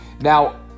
Now